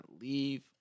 Leave